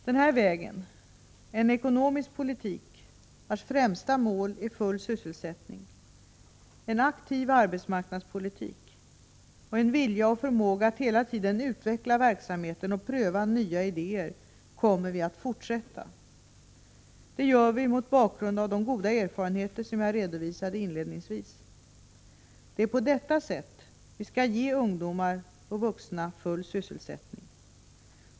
Den här vägen — en ekonomisk politik vars främsta mål är full sysselsättning, en aktiv arbetsmarknadspolitik samt en vilja och förmåga att hela tiden utveckla verksamheten och pröva nya idéer — kommer vi att fortsätta på. Det gör vi mot bakgrund av de goda erfarenheter som jag redovisade inledningsvis. Det är på detta sätt vi skall ge ungdomar och vuxna full sysselsättning.